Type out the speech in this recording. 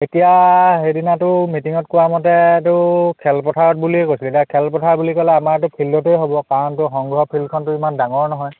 এতিয়া সেইদিনাটো মিটিঙত কোৱা মতেটো খেলপথাৰত বুলিয়েই কৈছে এতিয়া খেলপথাৰ বুলি ক'লে আমাৰতটো ফিল্ডতেই হ'ব কাৰণ তোৰ সংঘৰ ফিল্ডখনটো ইমান ডাঙৰ নহয়